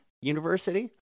University